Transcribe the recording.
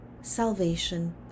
salvation